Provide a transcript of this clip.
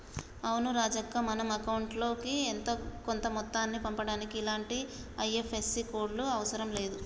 అవును రాజక్క మనం అకౌంట్ లోకి కొంత మొత్తాన్ని పంపుటానికి ఇలాంటి ఐ.ఎఫ్.ఎస్.సి కోడ్లు అవసరం లేదు